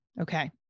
Okay